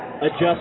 adjust